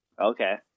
Okay